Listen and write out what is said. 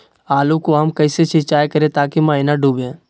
आलू को हम कैसे सिंचाई करे ताकी महिना डूबे?